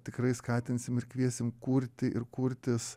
tikrai skatinsim ir kviesim kurti ir kurtis